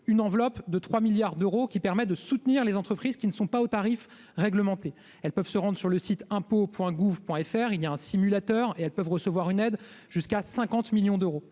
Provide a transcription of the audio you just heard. une enveloppe de 3 milliards d'euros, qui permet de soutenir les entreprises qui ne sont pas au tarif réglementé, elles peuvent se rendre sur le site impôts Point gouv Point FR il y a un simulateur et elles peuvent recevoir une aide jusqu'à 50 millions d'euros,